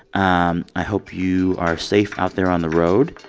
um i hope you are safe out there on the road.